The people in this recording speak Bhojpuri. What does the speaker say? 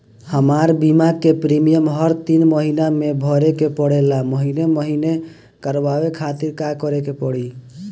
हमार बीमा के प्रीमियम हर तीन महिना में भरे के पड़ेला महीने महीने करवाए खातिर का करे के पड़ी?